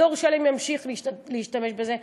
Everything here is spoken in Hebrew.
דור שלם ימשיך להשתמש בזה,